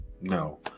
no